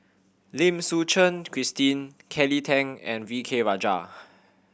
Lim Suchen Christine Kelly Tang and V K Rajah